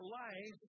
life